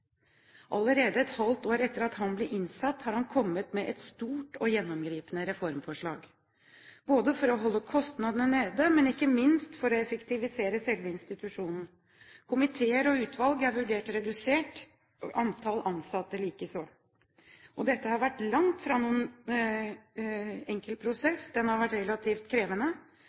Allerede et halvt år etter at han ble innsatt, har han kommet med et stort og gjennomgripende reformforslag, både for å holde kostnadene nede og ikke minst for å effektivisere selve institusjonen. Komiteer og utvalg er vurdert redusert og antall ansatte likeså. Dette har langt fra vært noen enkel prosess; den har vært relativt krevende,